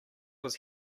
was